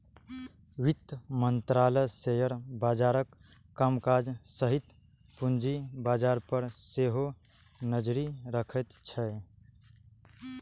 वित्त मंत्रालय शेयर बाजारक कामकाज सहित पूंजी बाजार पर सेहो नजरि रखैत छै